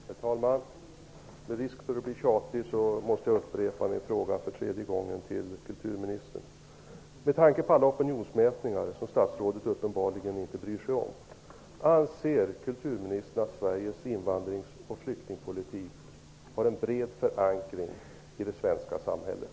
Herr talman! Med risk för att bli tjatig måste jag upprepa min fråga till kulturministern för tredje gången. Med tanke på alla opinionsmätningar, som statsrådet uppenbarligen inte bryr sig om, frågar jag: Anser kulturministern att Sveriges invandraroch flyktingpolitik har en bred förankring i det svenska samhället?